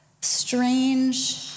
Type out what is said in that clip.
strange